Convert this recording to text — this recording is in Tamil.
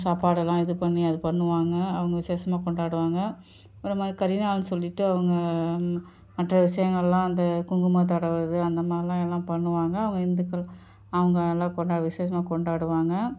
சாப்பாடெல்லாம் இது பண்ணி அது பண்ணுவாங்க அவங்க விசேஷமா கொண்டாடுவாங்க அப்புறமே கரிநாள்னு சொல்லிவிட்டு அவங்க மற்ற விஷயங்களெலாம் அந்த குங்குமம் தடவுவது அந்த மாதிரிலாம் எல்லாம் பண்ணுவாங்க அவங்க இந்துக்கள் அவங்க நல்லா கொண்டா விசேஷமா கொண்டாடுவாங்க